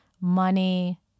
money